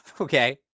okay